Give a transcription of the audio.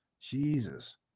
Jesus